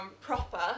proper